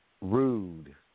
rude